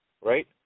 Right